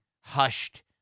hushed